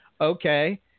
Okay